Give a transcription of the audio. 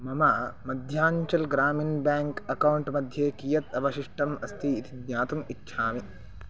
मम Madhyanchal Gramin bank account मध्ये कियत् अवशिष्टम् अस्ति इति ज्ञातुम् इच्छामि